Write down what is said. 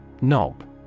KNOB